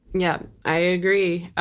yeah i agree.